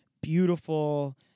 beautiful